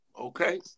Okay